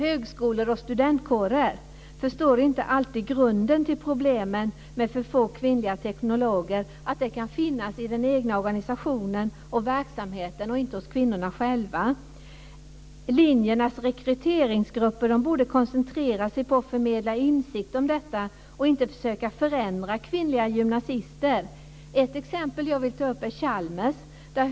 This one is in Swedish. Högskolor och studentkårer förstår inte alltid att grunden till problemen med för få kvinnliga teknologer kan finnas i den egna organisationen och verksamheten och inte hos kvinnorna själva. Linjernas rekryteringsgrupper borde koncentrera sig på att förmedla insikt om detta och inte försöka förändra kvinnliga gymnasister. Ett exempel jag vill ta upp är Chalmers.